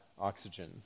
oxygen